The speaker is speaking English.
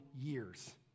years